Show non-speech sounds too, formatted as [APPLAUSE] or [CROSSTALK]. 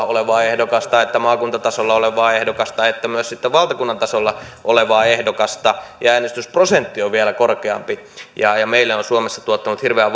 [UNINTELLIGIBLE] olevaa ehdokasta maakuntatasolla olevaa ehdokasta että myös sitten valtakunnan tasolla olevaa ehdokasta ja äänestysprosentti on vielä korkeampi ja ja meille on suomessa tuottanut hirveitä [UNINTELLIGIBLE]